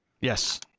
Yes